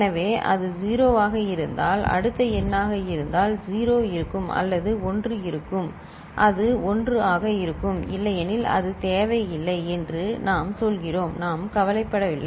எனவே அது 0 ஆக இருந்தால் அடுத்த எண்ணாக இருந்தால் 0 இருக்கும் அல்லது 1 இருக்கும் அது 1 ஆக இருக்கும் இல்லையெனில் அது தேவையில்லை என்று நாங்கள் சொல்கிறோம் நாங்கள் கவலைப்படவில்லை